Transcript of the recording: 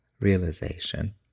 realization